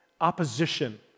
opposition